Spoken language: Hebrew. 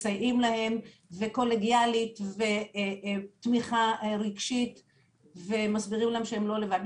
מסייעים להם נותנים תמיכה רגשית ומסבירים שהם לא לבד.